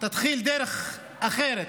תתחיל דרך אחרת,